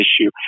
issue